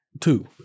two